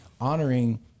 honoring